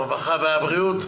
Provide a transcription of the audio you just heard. הרווחה והבריאות.